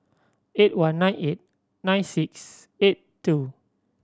eight one nine eight nine six eight two